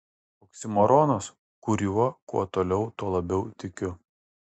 oksimoronas kuriuo kuo toliau tuo labiau tikiu